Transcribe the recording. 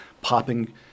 popping